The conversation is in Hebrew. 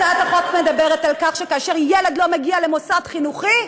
הצעת החוק מדברת על כך שכאשר ילד לא מגיע למוסד חינוכי,